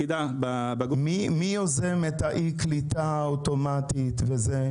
מי יוזם את אי הקליטה אוטומטית וזה?